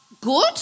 good